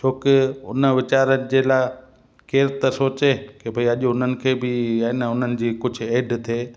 छोकी हुन वेचारनि जे लाइ केर त सोचे की भई अॼु उन्हनि खे बि आहे न उन्हनि जी कुझु एड थिए